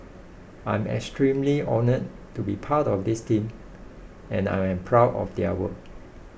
I'm extremely honoured to be part of this team and I am proud of their work